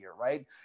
right